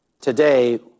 today